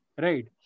right